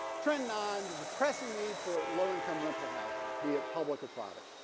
trend nine there's a pressing need for low income rental housing be it public or private.